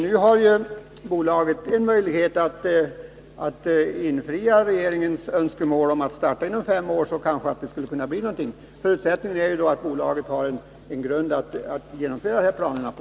Nu har bolaget en möjlighet att infria regeringens önskemål om att starta verksamheten inom fem år, så att det kanske skulle kunna bli någonting av det hela. Förutsättningen är då att bolaget har en grund att genomföra dessa planer på.